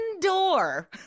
door